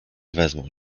wezmą